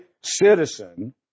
citizen